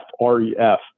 R-E-F